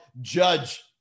Judge